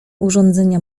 urządzenia